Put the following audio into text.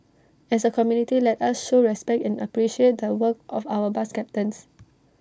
as A community let us show respect and appreciate the work of our bus captains